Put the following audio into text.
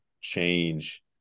change